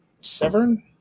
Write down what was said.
Severn